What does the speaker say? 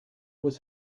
was